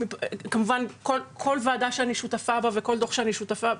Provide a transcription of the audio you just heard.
כל ועדה שאני שותפה בה וכל דו"ח שאני שותפה בו,